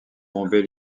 bombay